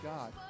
God